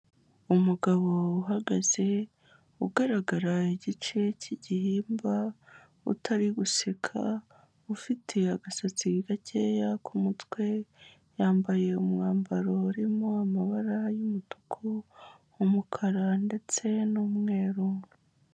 Umugabo uhagaze, ugaragara igice cy'igihimba, utari guseka, ufite agasatsi gakeya ku mutwe, yambaye umwambaro urimo amabara y'umutuku, umukara ndetse n'umweru.